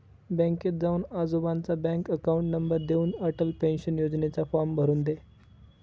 बँकेत जाऊन आजोबांचा बँक अकाउंट नंबर देऊन, अटल पेन्शन योजनेचा फॉर्म भरून दे